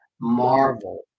marvel